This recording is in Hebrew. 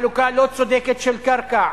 על חלוקה לא צודקת של קרקע,